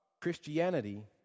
Christianity